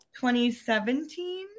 2017